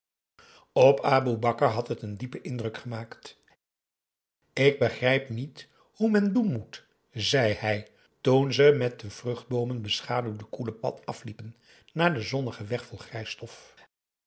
aboe bakar had het een diepen indruk gemaakt ik begrijp niet hoe men doen moet zei hij toen ze het met vruchtboomen beschaduwde koele pad afliepen naar den zonnigen weg vol